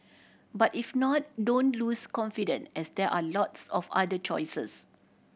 but if not don't lose confident as there are lots of other choices